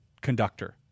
conductor